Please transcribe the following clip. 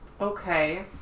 Okay